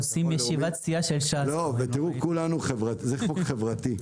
עושים ישיבת סיעת ש"ס --- לא, זה חוק חברתי.